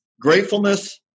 gratefulness